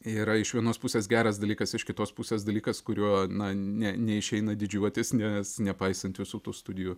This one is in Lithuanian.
yra iš vienos pusės geras dalykas iš kitos pusės dalykas kuriuo na ne neišeina didžiuotis nes nepaisant visų tų studijų